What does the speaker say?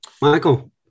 Michael